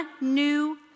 new